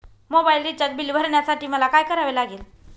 Mobile recharge bill भरण्यासाठी मला काय करावे लागेल?